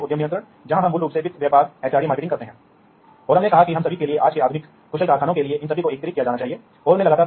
तो पहले भी आप जानते हैं कि आप एक रिमोट सेंसर कनेक्ट कर सकते हैं एक सेंसर जो कुछ हद तक दूर है हमें एक नियंत्रक कहते हैं